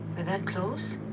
and that close?